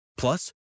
Plus